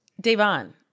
Devon